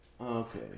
okay